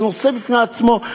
זה נושא בפני עצמו,